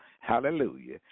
hallelujah